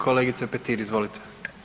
Kolegice Petir, izvolite.